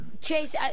Chase